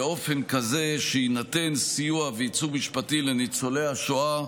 באופן כזה שיינתן סיוע וייצוג משפטי לניצולי השואה